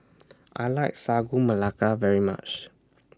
I like Sagu Melaka very much